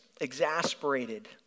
exasperated